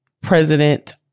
President